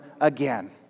again